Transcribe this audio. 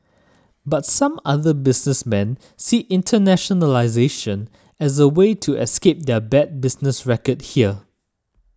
but some other businessmen see internationalisation as a way to escape their bad business record here